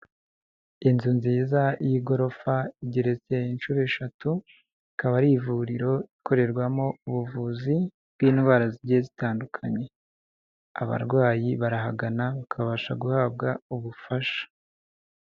Inzu nziza y'igorofa igeretse inshuro eshatu, ikaba ari ivuriro ikorerwamo ubuvuzi bw'indwara zigiye zitandukanye, abarwayi barahagana bakabasha guhabwa ubufasha.